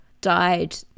died